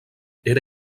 era